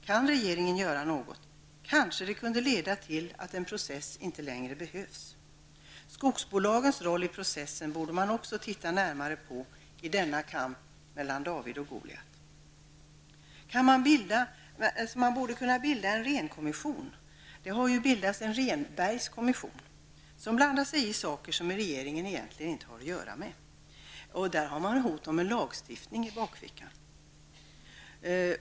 Om regeringen kan göra något kanske det kunde leda till att en process inte längre behövs. Skogsbolagens roll i processen borde man också titta närmare på i denna kamp mellan David och Goliat. Man borde kunna bilda en renkommission. Det har ju bildats en Rehnbergskommission, som blandar sig i saker som regeringen egentligen inte har att göra med. Där har man hot om en lagstiftning i bakfickan.